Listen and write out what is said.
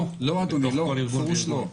לא, אדוני, בפירוש לא.